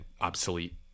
obsolete